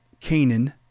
Canaan